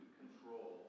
control